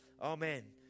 Amen